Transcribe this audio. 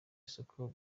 isuku